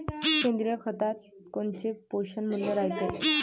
सेंद्रिय खतात कोनचे पोषनमूल्य रायते?